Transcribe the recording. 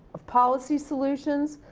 of policy solutions,